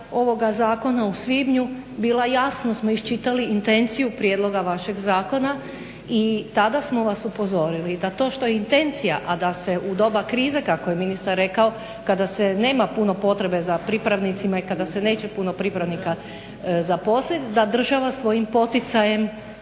ovoga zakona u svibnju bila jasno smo iščitali intenciju prijedloga vašeg zakona i tada smo vas upozorili da to što je intencija, a da se u doba krize kako je ministar rekao kada se nema puno potrebe za pripravnicima i kada se neće puno pripravnika zaposliti da država svojim poticajima